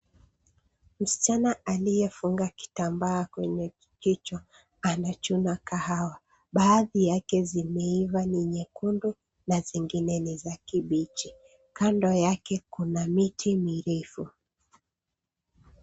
Msichana aliyefunga kitambaa kwenye kichwa anachuna kahawa. Baadhi yake zimeiva ni nyekundu na zingine ni za kibichi. Kando yake kuna miti mirefu.